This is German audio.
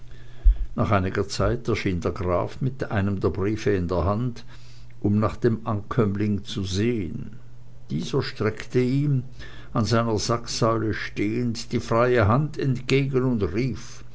nach einiger zeit erschien der graf mit einem der briefe in der hand um nach dem ankömmling zu sehen dieser streckte ihm an seiner sacksäule stehend die freie hand entgegen und rief